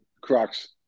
Crocs